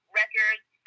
records